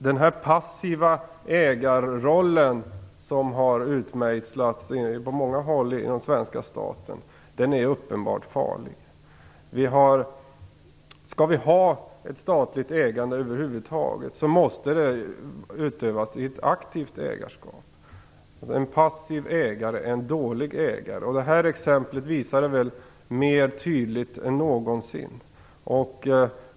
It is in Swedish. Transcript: Den passiva ägarroll som har utmejslats på många håll inom svenska staten är uppenbart farlig. Skall vi ha ett statligt ägande över huvud taget måste det utövas i ett aktivt ägarskap. En passiv ägare är en dålig ägare. Det här exemplet visar det tydligare än någonsin.